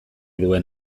duen